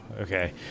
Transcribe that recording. Okay